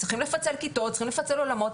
צריכים לפצל כיתות, צריכים לפצל אולמות.